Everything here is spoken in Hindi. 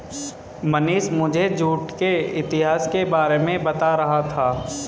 मनीष मुझे जूट के इतिहास के बारे में बता रहा था